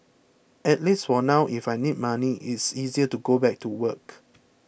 at least now if I need money it's easier to go back to work